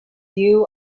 view